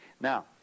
Now